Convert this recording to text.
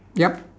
yup